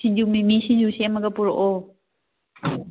ꯁꯤꯡꯖꯨ ꯃꯤꯃꯤ ꯁꯤꯡꯖꯨ ꯁꯦꯝꯃꯒ ꯄꯨꯔꯛꯑꯣ